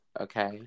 Okay